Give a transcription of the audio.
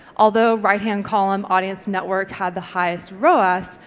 although right hand column audience network had the highest roas,